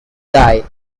guy